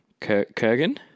Kurgan